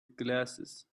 glasses